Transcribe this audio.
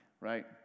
right